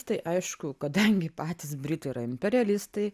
tai aišku kadangi patys britai yra imperialistai